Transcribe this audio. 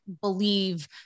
believe